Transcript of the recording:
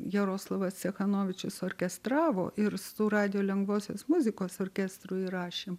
jaroslavas cechanovičius orkestravo ir su radijo lengvosios muzikos orkestru įrašė